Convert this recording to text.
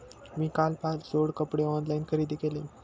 मी काल पाच जोड कपडे ऑनलाइन खरेदी केले